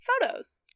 photos